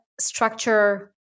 structure